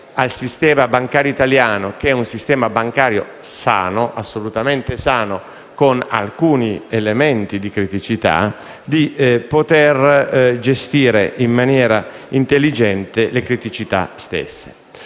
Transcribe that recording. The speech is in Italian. al sistema bancario italiano, che è un sistema bancario sano, assolutamente sano, con alcuni elementi di criticità, di poter gestire in maniera intelligente le criticità stesse.